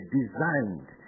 designed